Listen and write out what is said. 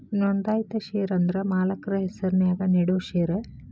ನೋಂದಾಯಿತ ಷೇರ ಅಂದ್ರ ಮಾಲಕ್ರ ಹೆಸರ್ನ್ಯಾಗ ನೇಡೋ ಷೇರ